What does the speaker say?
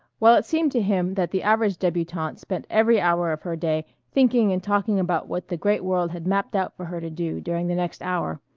while it seemed to him that the average debutante spent every hour of her day thinking and talking about what the great world had mapped out for her to do during the next hour,